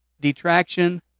Detraction